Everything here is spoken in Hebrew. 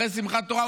אחרי שמחת תורה,